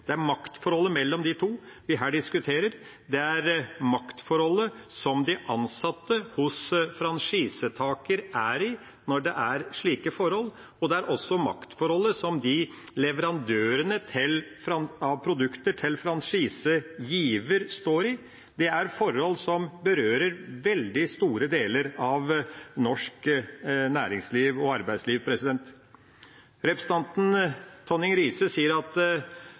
Det er maktforholdet mellom disse to vi her diskuterer. Det er maktforholdet som de ansatte hos franchisetaker er i når det er slike forhold, det er også maktforholdet som leverandørene av produkter til franchisegiver står i, og det er forhold som berører veldig store deler av norsk næringsliv og arbeidsliv. Representanten Tonning Riise sier at